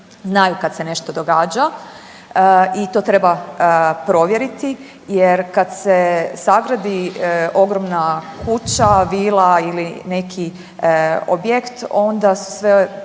znaju kad se nešto događa i to treba provjeriti jer kad se sagradi ogromna kuća, vila ili neki objekt onda su sve